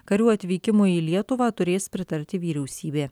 karių atvykimui į lietuvą turės pritarti vyriausybė